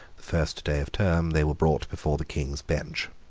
the first day of term, they were brought before the king's bench.